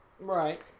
Right